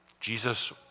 Jesus